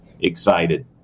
excited